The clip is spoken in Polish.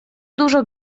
dużo